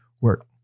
work